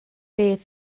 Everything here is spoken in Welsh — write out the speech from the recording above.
beth